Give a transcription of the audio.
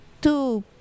two